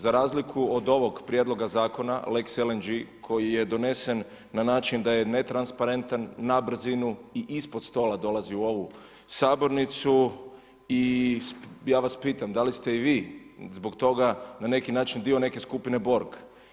Za razliku od ovoga prijedloga zakona, lex LNG koji je donesen na način da je netransparentan, na brzinu i ispod stol dolazi u ovu sabornicu i ja vas pitam, da li ste i vi zbog toga na neki način dio neke skupine Borg?